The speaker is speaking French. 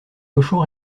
cochons